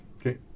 okay